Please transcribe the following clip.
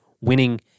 winning